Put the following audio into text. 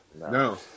No